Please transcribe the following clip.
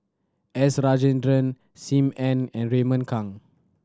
S Rajendran Sim Ann and Raymond Kang